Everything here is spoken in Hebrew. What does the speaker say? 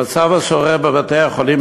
המצב השורר בבתי-החולים,